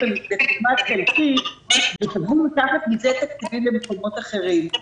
באופן חלקי וביקשו לקחת מזה תקציבים למקומות אחרים.